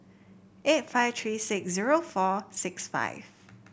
eight five three six zero four six five